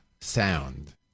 sound